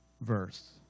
verse